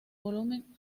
volumen